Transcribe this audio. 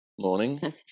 morning